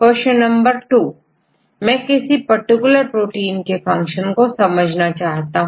प्रश्न संख्या 2 मैं किसी पर्टिकुलर प्रोटीन के फंक्शन को समझना चाहता हूं